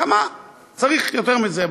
כמה צריך יותר מזה?